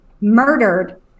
murdered